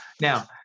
Now